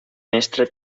mestre